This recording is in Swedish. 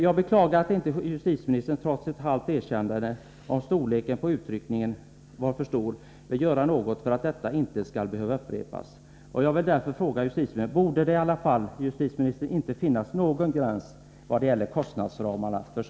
Jag beklagar att inte justitieministern, trots ett halvt erkännande om att polisstyrkan vid den här utryckningen var för stor, vill göra något för att saken inte skall upprepas.